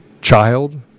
child